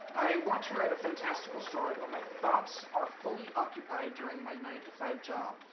i want to write a fantastical story, but my thoughts are fully occupied during my nine to five job,